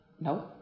No